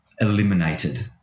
eliminated